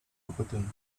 forgotten